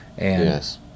Yes